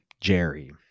Jerry